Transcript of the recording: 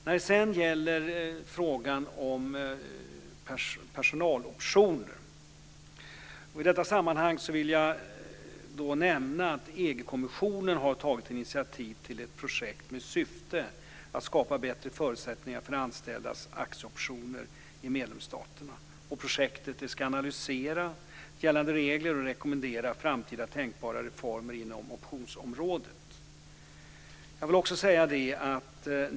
När det sedan gäller frågan om personaloptioner vill jag nämna att EU-kommissionen har tagit initiativ till ett projekt med syfte att skapa bättre förutsättningar för anställdas aktieoptioner i medlemsstaterna. Projektet handlar om att analysera gällande regler och om att rekommendera framtida tänkbara reformer inom optionsområdet.